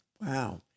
Wow